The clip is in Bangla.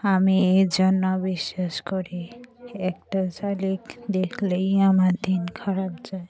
আমি এই জন্য বিশ্বাস করি একটা শালিক দেখলেই আমার দিন খারাপ যায়